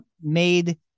made